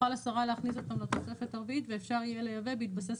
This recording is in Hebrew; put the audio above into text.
תוכל השרה להכניס אותם לתוספת הרביעית ואפשר יהיה לייבא בהתבסס